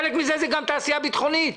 חלק מזה הוא גם תעשייה ביטחונית.